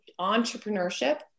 entrepreneurship